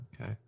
Okay